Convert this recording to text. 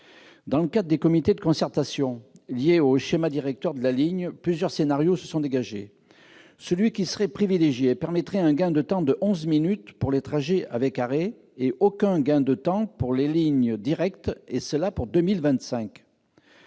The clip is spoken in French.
Dans le cadre des comités de concertation liés au schéma directeur de la ligne, plusieurs scénarios se sont dégagés. Celui qui serait privilégié permettrait, pour 2025, un gain de temps de onze minutes pour les trajets avec arrêts, mais sans amélioration pour les lignes directes, qui verraient